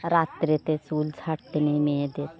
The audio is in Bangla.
রাত্রেতে চুল ছাড়তে নেই মেয়েদের